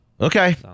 Okay